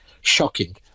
shocking